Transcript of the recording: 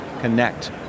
connect